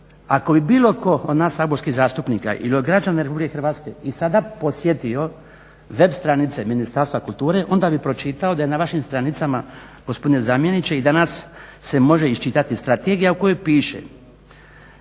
Ako bi bilo tko od nas saborskih zastupnika ili od građana RH i sada posjetio web stranice Ministarstva kulture onda bi pročitao da je na vašim stranicama gospodine zamjeniče i danas se može iščitati iz strategije u kojoj piše